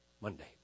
Monday